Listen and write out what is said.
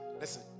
Listen